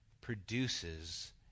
produces